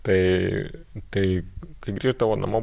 tai tai kai grįždavau namo